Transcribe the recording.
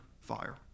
fire